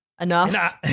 enough